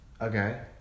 Okay